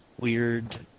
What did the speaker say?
weird